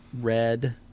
red